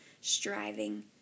striving